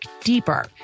deeper